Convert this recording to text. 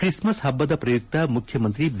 Christmas ಹಬ್ಬದ ಪ್ರಯುಕ್ತ ಮುಖ್ಯಮಂತ್ರಿ ಬಿ